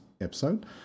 episode